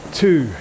two